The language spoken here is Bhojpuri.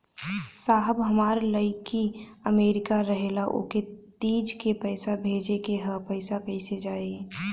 साहब हमार लईकी अमेरिका रहेले ओके तीज क पैसा भेजे के ह पैसा कईसे जाई?